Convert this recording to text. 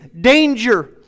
danger